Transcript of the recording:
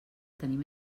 tenim